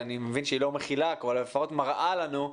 ואני מבין שהיא לא מכילה הכול אבל לפחות מראה לנו,